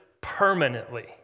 permanently